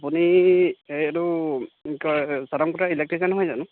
আপুনি এইটো কি কয় চাউদাং পথাৰ ইলেক্ট্ৰিচিয়ান নহয় জানো